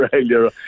Australia